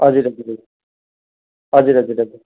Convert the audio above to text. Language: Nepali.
हजुर हजुर हजुर हजुर हजुर हजुर